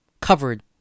Covered